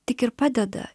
tik ir padeda